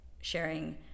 sharing